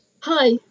Hi